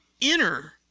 inner